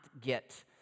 get